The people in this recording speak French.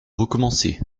recommencer